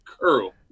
curl